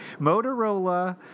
Motorola